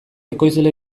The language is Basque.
ekoizle